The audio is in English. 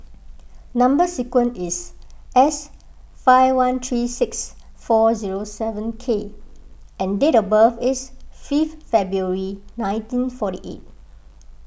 Number Sequence is S five one three six four zero seven K and date of birth is fifth February nineteen forty eight